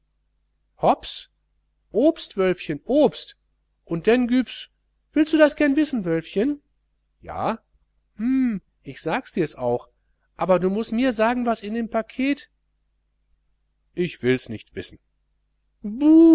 hops obst wölfchen obst un denn gübs willstu das gern wissen wölfchen ja hm ich sag dirs auch aber du mußt mir sagen was in dem paket ich wills nicht wissen